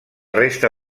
resta